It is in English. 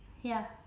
ya